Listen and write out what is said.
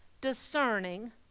discerning